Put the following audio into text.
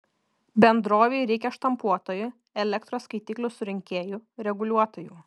bendrovei reikia štampuotojų elektros skaitiklių surinkėjų reguliuotojų